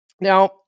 Now